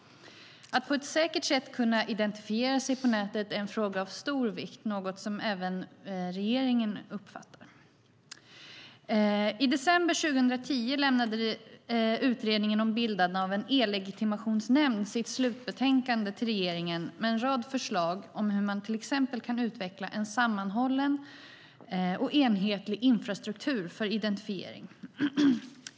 Att på ett säkert sätt kunna identifiera sig på nätet är en fråga av stor vikt, en uppfattning som också regeringen har. I december 2010 lämnade Utredningen om bildande av en e-legitimationsnämnd sitt slutbetänkande till regeringen med en rad förslag om hur man till exempel kan utveckla en sammanhållen och enhetlig infrastruktur för identifiering.